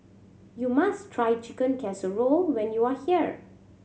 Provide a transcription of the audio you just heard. you must try Chicken Casserole when you are here